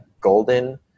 golden